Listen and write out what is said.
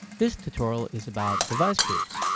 this tutorial is about device groups.